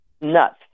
nuts